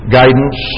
guidance